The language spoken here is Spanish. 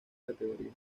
categoría